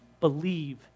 believe